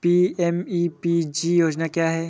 PMEPG योजना क्या है?